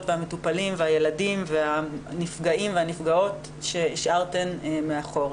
והמטופלים ועל הילדים והנפגעים והנפגעות שהשארתן מאחור,